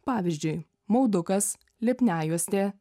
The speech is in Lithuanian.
pavyzdžiui maudukas lipnejuostė